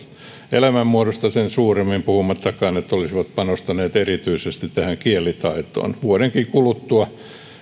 elämänmuodosta sen suuremmin puhumattakaan että olisivat panostaneet erityisesti kielitaitoon vuodenkin kuluttua